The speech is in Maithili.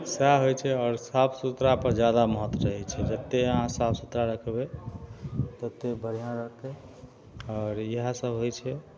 सएह होइ छै आओर साफ सुथरापर जादा महत्व रहय छै जते अहाँ साफ सुथरा रखबय तते बढ़िआँ रखय आओर इएह सब होइ छै